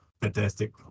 fantastic